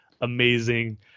amazing